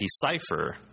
Decipher